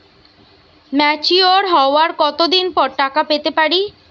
Mature হওয়ার কত দিন পর টাকা পেতে পারি?